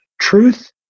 truth